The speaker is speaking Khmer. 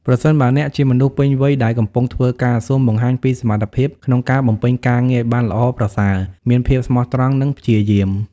ប្រសិនបើអ្នកជាមនុស្សពេញវ័យដែលកំពុងធ្វើការ សូមបង្ហាញពី សមត្ថភាពក្នុងការបំពេញការងារឲ្យបានល្អប្រសើរ មានភាពស្មោះត្រង់ និងព្យាយាម។